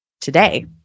today